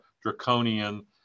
draconian